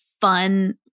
fun